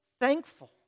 thankful